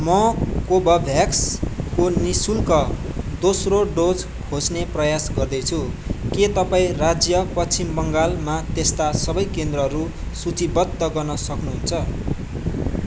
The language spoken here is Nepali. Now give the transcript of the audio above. म कोबोभ्याक्सको निःशुल्क दोस्रो डोज खोज्ने प्रयास गर्दैछु के तपाईँँ राज्य पश्चिम बङ्गालमा त्यस्ता सबै केन्द्रहरू सूचीबद्ध गर्न सक्नुहुन्छ